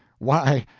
why,